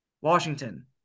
Washington